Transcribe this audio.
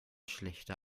schlechte